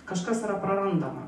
kažkas yra prarandama